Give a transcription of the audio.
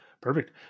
Perfect